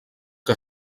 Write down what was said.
que